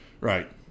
Right